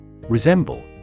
Resemble